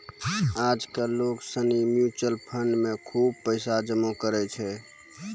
आज कल लोग सनी म्यूचुअल फंड मे खुब पैसा जमा करै छै